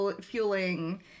fueling